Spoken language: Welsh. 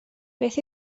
beth